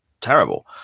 terrible